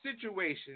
situation